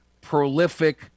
prolific